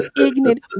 ignorant